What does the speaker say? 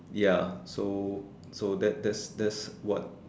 ya so so that that that's what